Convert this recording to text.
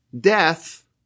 death